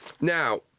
Now